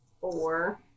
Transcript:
four